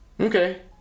okay